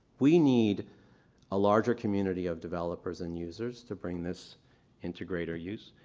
we need a larger community of developers and users to bring this into greater use.